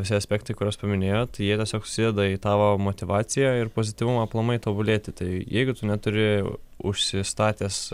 visi aspektai kuriuos paminėjot jie tiesiog susideda į tavo motyvacija ir pozityvumą aplamai tobulėti tai jeigu tu neturi užsistatęs